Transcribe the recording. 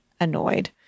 annoyed